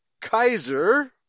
Kaiser